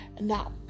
Now